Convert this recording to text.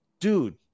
dude